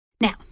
Now